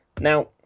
Now